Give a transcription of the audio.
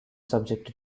subjected